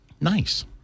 Nice